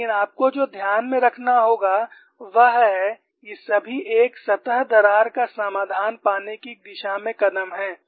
लेकिन आपको जो ध्यान में रखना होगा वह है ये सभी एक सतह दरार का समाधान पाने की दिशा में कदम हैं